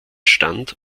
stand